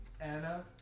Anna